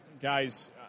guys